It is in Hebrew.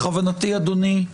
בכוונתי אדוני,